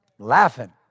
Laughing